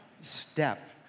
step